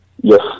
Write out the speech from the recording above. Yes